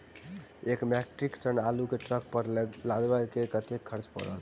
एक metric ton आलु केँ ट्रक पर लदाबै मे कतेक खर्च पड़त?